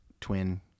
twin